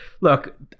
look